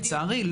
לצערי,